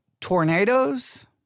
tornadoes